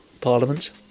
Parliament